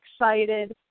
excited